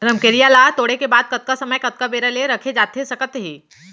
रमकेरिया ला तोड़े के बाद कतका समय कतका बेरा ले रखे जाथे सकत हे?